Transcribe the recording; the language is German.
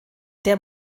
der